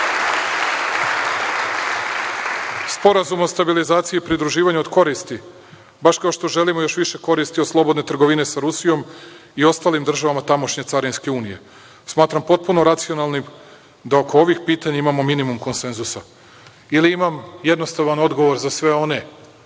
Sporazum o stabilizaciji i pridruživanju od koristi, baš kao što želimo još više koristi od slobodne trgovine sa Rusijom i ostalim državama tamošnje Carinske unije. Smatram potpuno racionalnim da oko ovih pitanja imamo minimum konsenzusa ili imam jednostavan odgovor za sve one